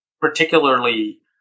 particularly